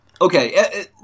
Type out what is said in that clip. Okay